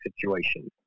situation